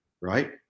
right